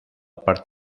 part